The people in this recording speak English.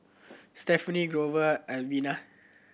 Stefanie Grover Alvena